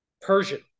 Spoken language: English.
Persian